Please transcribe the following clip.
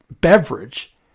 beverage